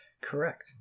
correct